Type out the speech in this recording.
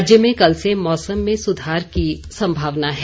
राज्य में कल से मौसम में सुधार की संभावना है